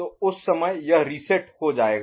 तो उस समय यह रीसेट हो जाएगा